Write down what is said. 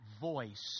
voice